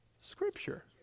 scripture